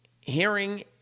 hearing